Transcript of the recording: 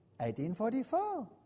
1844